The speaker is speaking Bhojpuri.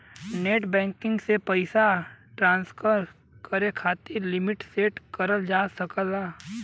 नेटबैंकिंग से पइसा ट्रांसक्शन करे क लिमिट सेट करल जा सकला